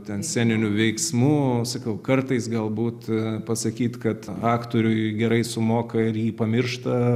ten sceniniu veiksmu sakau kartais galbūt pasakyt kad aktoriui gerai sumoka ir jį pamiršta